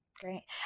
Great